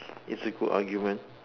it's a good argument